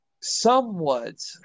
somewhat